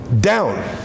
down